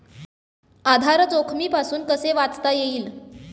आधार जोखमीपासून कसे वाचता येईल?